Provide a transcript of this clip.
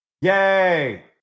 Yay